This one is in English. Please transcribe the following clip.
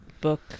book